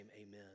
amen